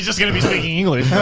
going to be speaking english.